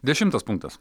dešimtas punktas